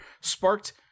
sparked